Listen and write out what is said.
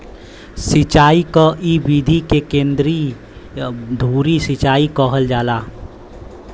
सिंचाई क इ विधि के केंद्रीय धूरी सिंचाई कहल जाला